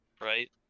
right